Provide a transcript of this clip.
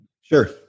Sure